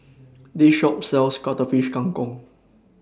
This Shop sells Cuttlefish Kang Kong